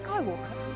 Skywalker